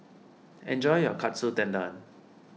enjoy your Katsu Tendon